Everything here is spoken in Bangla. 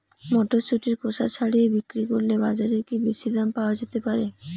মটরশুটির খোসা ছাড়িয়ে বিক্রি করলে বাজারে কী বেশী দাম পাওয়া যেতে পারে?